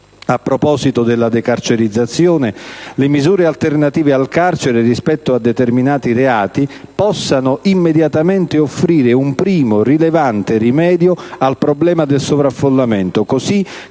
a proposito della decarcerizzazione le misure alternative al carcere rispetto a determinati reati possano immediatamente offrire un primo rilevante rimedio al problema del sovraffollamento, così